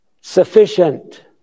sufficient